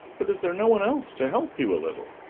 but is there no one else to help you a little?